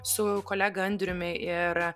su kolega andriumi ir